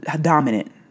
dominant